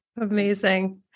amazing